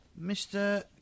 Mr